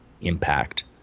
impact